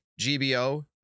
GBO